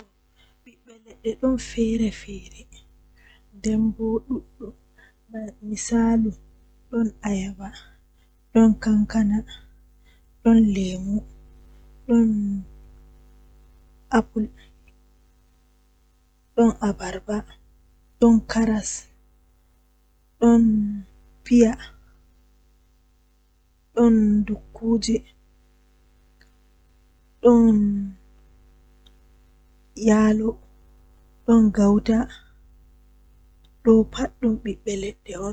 Midon mari pade kosde joye midon mari hufneere hoore sappo e didi nden midon mari darude guda didi.